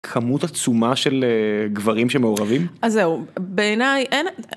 כמות עצומה של גברים שמעורבים, אז זהו בעיניי אין...